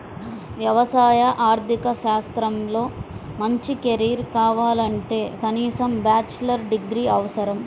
వ్యవసాయ ఆర్థిక శాస్త్రంలో మంచి కెరీర్ కావాలంటే కనీసం బ్యాచిలర్ డిగ్రీ అవసరం